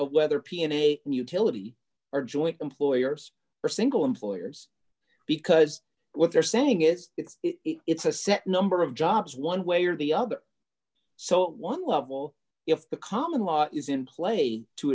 of whether p n a utility or joint employers or single employers because what they're saying is it's it's a set number of jobs one way or the other so one level if the common law is in play to